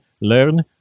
learn